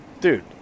Dude